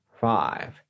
five